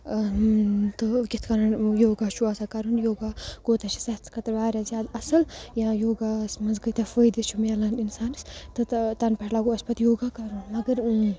تہٕ کِتھ کَنۍ یوگا چھُ آسان کَرُن یوگا کوٗتاہ چھِ صحتہٕ خٲطرٕ واریاہ زیادٕ اَصٕل یا یوگاہَس منٛز کۭتیٛاہ فٲیدٕ چھِ مِلان اِنسانَس تہٕ تَنہٕ پٮ۪ٹھ لَگوو اَسہِ پَتہٕ یوگا کَرُن مگر